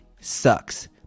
sucks